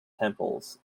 temples